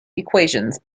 equations